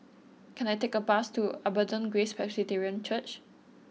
can I take a bus to Abundant Grace Presbyterian Church